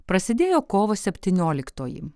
prasidėjo kovo septynioliktoji